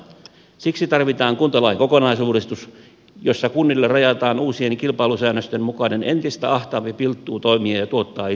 siksi tarvitaan kuntalain kokonaisuudistus jossa kunnille rajataan uusien kilpailusäännösten mukainen entistä ahtaampi pilttuu toimia ja tuottaa itse palveluja